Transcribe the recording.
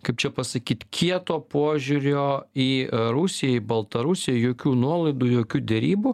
kaip čia pasakyt kieto požiūrio į rusiją į baltarusiją jokių nuolaidų jokių derybų